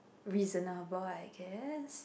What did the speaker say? reasonable I guess